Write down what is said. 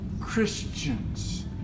Christians